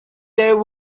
there